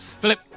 Philip